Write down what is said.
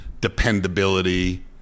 dependability